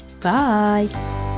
Bye